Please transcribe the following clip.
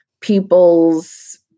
people's